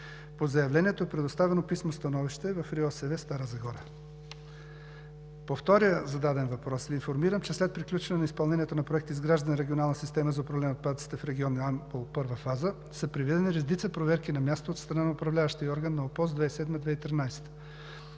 По Заявлението е предоставено писмено становище в РИОСВ – Стара Загора. По втория зададен въпрос Ви информирам, че след приключване на изпълнението на Проект „Изграждане на регионална система за управление на отпадъците в регион Ямбол – Първа фаза“ са предвидени редица проверки на място от страна на управляващия орган на ОПОС 2007